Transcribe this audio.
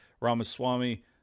ramaswamy